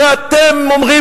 הרי אתם אומרים,